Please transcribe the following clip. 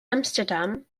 amsterdam